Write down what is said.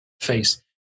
face